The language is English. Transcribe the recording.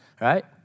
right